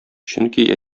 чөнки